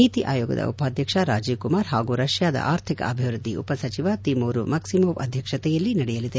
ನೀತಿ ಆಯೋಗದ ಉಪಾಧ್ಲಕ್ಷ ರಾಜೀವ್ ಕುಮಾರ್ ಹಾಗೂ ರಷ್ಟಾದ ಆರ್ಥಿಕ ಅಭಿವೃದ್ದಿ ಉಪ ಸಚಿವ ತಿಮೂರು ಮಕ್ಸಿಮೋವ್ ಅಧ್ಯಕ್ಷತೆಯಲ್ಲಿ ನಡೆಯಲಿದೆ